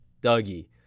Dougie